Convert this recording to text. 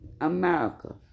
America